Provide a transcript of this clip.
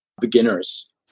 beginners